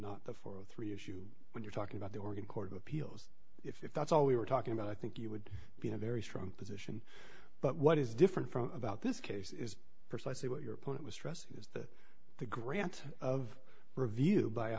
not the forty three issue when you're talking about the organ court of appeals if that's all we were talking about i think you would be in a very strong position but what is different from about this case is precisely what your point was stressing is that the grant of review by a